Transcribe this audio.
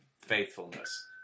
faithfulness